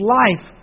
life